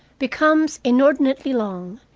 becomes inordinately long,